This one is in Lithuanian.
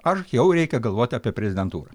ar jau reikia galvot apie prezidentūrą